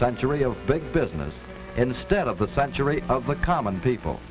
century of big business instead of the century of the common people